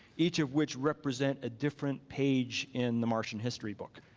each of which represent a different page in the martian history book.